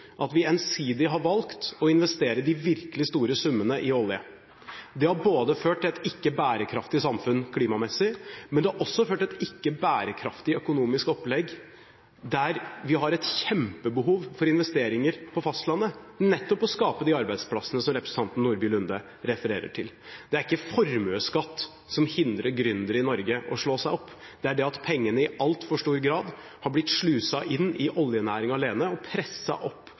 at vi ensidig har valgt å investere de virkelig store summene i olje. Det har ført til et ikke-bærekraftig samfunn klimamessig, men det har også ført til et ikke-bærekraftig økonomisk opplegg der vi har et kjempebehov for investeringer på fastlandet, nettopp for å skape de arbeidsplassene som representanten Nordby Lunde refererer til. Det er ikke formuesskatt som hindrer gründere i Norge i å slå seg opp, det er det at pengene i altfor stor grad har blitt sluset inn i oljenæring alene og presset opp